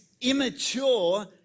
immature